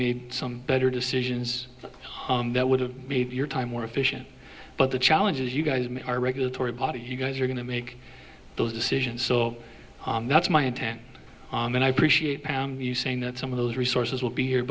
made some better decisions that would have made your time more efficient but the challenges you guys are regulatory body you guys are going to make those decisions so that's my intent and i appreciate you saying that some of those resources will be here